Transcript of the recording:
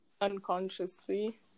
unconsciously